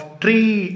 tree